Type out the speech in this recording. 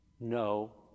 no